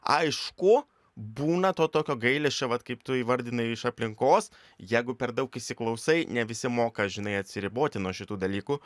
aišku būna to tokio gailesčio vat kaip tu įvardinai iš aplinkos jeigu per daug įsiklausai ne visi moka žinai atsiriboti nuo šitų dalykų